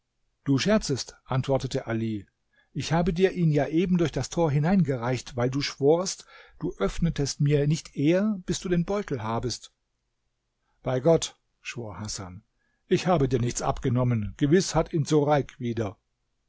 du scherzest antwortete ali ich habe dir ihn ja eben durch das tor hineingereicht weil du schworst du öffnetest mir nicht eher bis du den beutel habest bei gott schwor hasan ich habe dir nichts abgenommen gewiß hat ihn sureik wieder